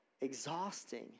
exhausting